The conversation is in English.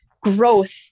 growth